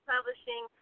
publishing